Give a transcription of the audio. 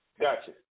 Gotcha